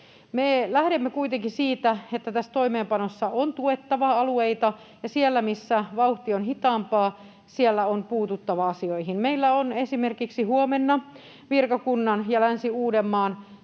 lähdemme kuitenkin siitä, että tässä toimeenpanossa on tuettava alueita, ja siellä, missä vauhti on hitaampaa, on puututtava asioihin. Meillä on esimerkiksi huomenna virkakunnan ja Länsi-Uudenmaan